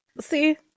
See